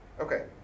Okay